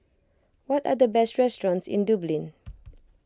what are the best restaurants in Dublin